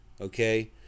okay